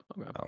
okay